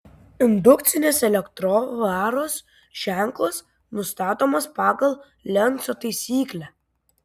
indukcinės elektrovaros ženklas nustatomas pagal lenco taisyklę